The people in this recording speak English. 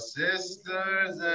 sisters